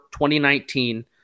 2019